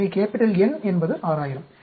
எனவே N என்பது 6000